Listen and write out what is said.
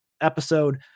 episode